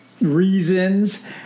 reasons